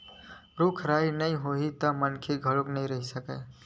रूख राई नइ होही त मनखे घलोक नइ रहि सकय